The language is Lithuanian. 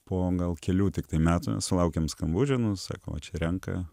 po gal kelių tiktai metų sulaukėm skambučio nu sako va čia renka